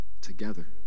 together